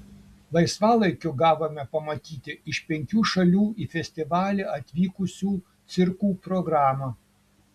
laisvalaikiu gavome pamatyti iš penkių šalių į festivalį atvykusių cirkų programą